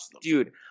Dude